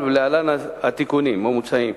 ולהלן התיקונים המוצעים: